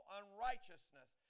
unrighteousness